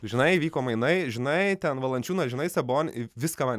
tu žinai vyko mainai žinai ten valančiūną žinai sabonį i viską man